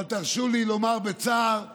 אבל תרשו לי לומר בצער שאני,